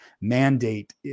Mandate